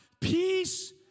peace